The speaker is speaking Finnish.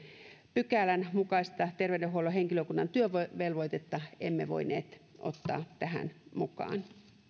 pykälän mukaista terveydenhuollon henkilökunnan työvelvoitetta emme voineet ottaa tähän mukaan